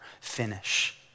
Finish